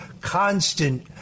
constant